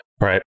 Right